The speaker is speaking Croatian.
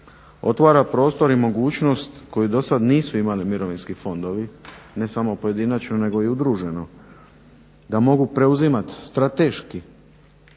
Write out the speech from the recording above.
otvara prostor i mogućnost koju do sada nisu imali mirovinski fondovi ne samo pojedinačno nego i udruženo, da mogu preuzimati strateški